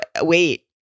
wait